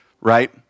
right